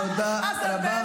תודה רבה.